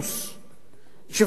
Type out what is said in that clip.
יושב-ראש ועדה ממונה